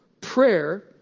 Prayer